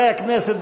חברי הכנסת,